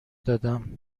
دادم